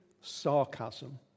sarcasm